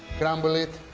crumble it,